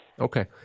Okay